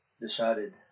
decided